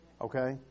Okay